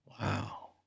Wow